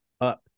up